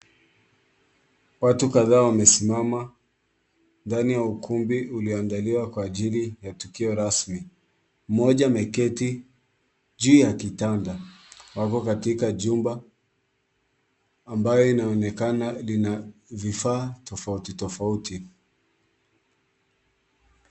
Watu kadhaa wamesimama ndani ya ukumbi ulioandaliwa kwa ajili ya tukio rasmi. Mmoja ameketi juu ya kitanda. Wako katika jumba ambayo inaonekana lina vifaa tofauti tofauti.